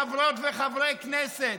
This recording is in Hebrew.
חברות וחברי הכנסת,